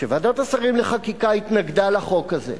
שוועדת השרים לחקיקה התנגדה לחוק הזה,